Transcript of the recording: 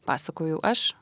pasakojau aš